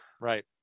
Right